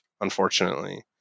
unfortunately